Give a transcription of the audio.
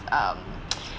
um